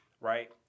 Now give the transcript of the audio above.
Right